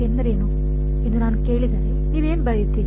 ಎಂದರೇನು ಎಂದು ನಾನು ಕೇಳಿದರೆ ನೀವು ಏನು ಬರೆಯುತ್ತೀರಿ